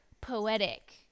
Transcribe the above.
poetic